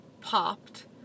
popped